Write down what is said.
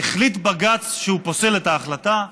החליט בג"ץ שהוא פוסל את ההחלטה,